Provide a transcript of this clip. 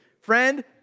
Friend